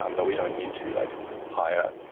um but we don't need to like higher,